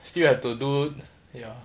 still have to do ya